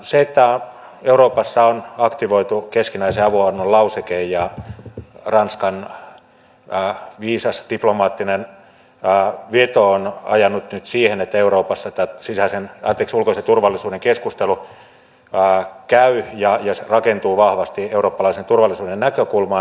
se että euroopassa on aktivoitu keskinäisen avunannon lauseke ja ranskan viisas diplomaattinen veto ovat ajaneet nyt siihen että euroopassa ulkoisen turvallisuuden keskustelu käy ja se rakentuu vahvasti eurooppalaisen turvallisuuden näkökulmaan